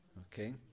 Okay